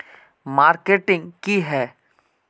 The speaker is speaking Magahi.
मार्केटिंग की है?